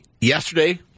yesterday